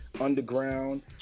underground